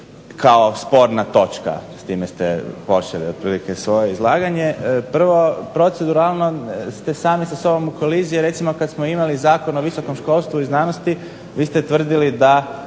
kao sporna točka s time ste počeli otprilike svoje izlaganje. Prvo proceduralno ste sami sa sobom u koliziji recimo kad smo imali Zakon o visokom školstvu i znanosti vi ste tvrdili da